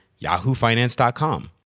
yahoofinance.com